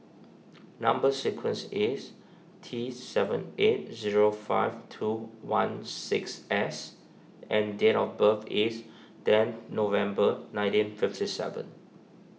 Number Sequence is T seven eight zero five two one six S and date of birth is ten November nineteen fifty seven